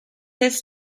his